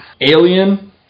Alien